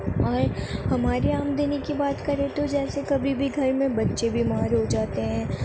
مگر ہماری آمدنی کی بات کریں تو جیسے کبھی بھی گھر میں بچے بیمار ہو جاتے ہیں